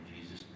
Jesus